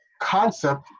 concept